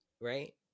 Right